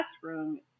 classroom